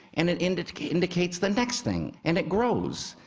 and it indicates indicates the next thing, and it grows.